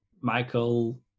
Michael